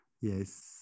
Yes